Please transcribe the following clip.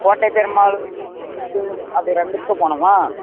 கோட்டை பெருமாள் அது ரெண்டுத்துக்கும் போகணுமா